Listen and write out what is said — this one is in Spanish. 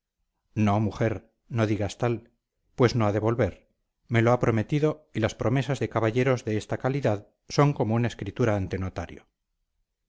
no mujer no digas tal pues no ha de volver me lo ha prometido y las promesas de caballeros de esta calidad son como una escritura ante notario